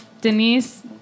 Denise